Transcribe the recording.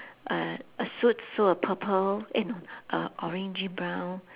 a a suit full of purple eh no uh orangey brown